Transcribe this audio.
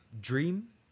dream